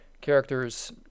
character's